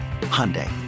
Hyundai